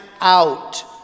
out